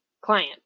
client